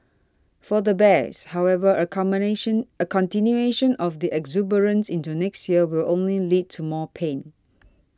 for the bears however a commination a continuation of the exuberance into next year will only lead to more pain